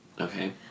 Okay